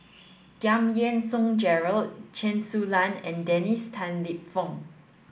Giam Yean Song Gerald Chen Su Lan and Dennis Tan Lip Fong